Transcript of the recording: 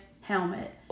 helmet